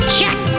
Check